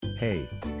Hey